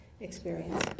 experience